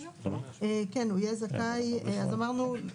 אז אמרנו,